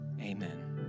Amen